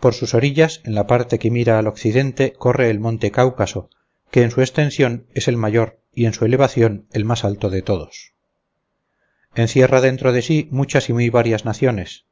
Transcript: por sus orillas en la parte que mira al occidente corre el monte cáucaso que en su extensión es el mayor y en su elevación el más alto de todos encierra dentro de sí muchas y muy varias naciones